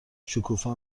شکوفا